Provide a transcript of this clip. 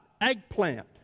eggplant